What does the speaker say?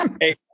Hey